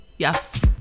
Yes